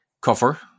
Cover